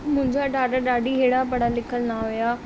मुंहिंजा ॾाॾा ॾाॾी अहिड़ा पढ़ियलु लिखियलु न हुआ